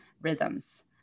rhythms